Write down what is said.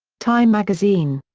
time magazine.